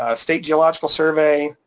ah state geological survey,